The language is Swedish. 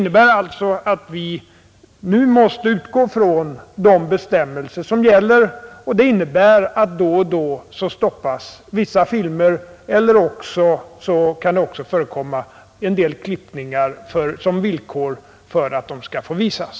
Därför måste vi nu utgå från de bestämmelser som gäller, och det innebär att då och då stoppas vissa filmer eller också kan det förekomma en del klippningar som villkor för att en film skall få visas.